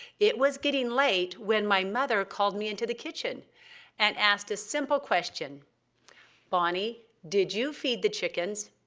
it was getting late when my mother called me into the kitchen and asked a simple question bonnie, did you feed the chickens?